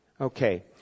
Okay